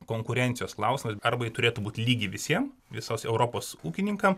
konkurencijos klausimas arba ji turėtų būt lygi visiem visos europos ūkininkam